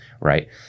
right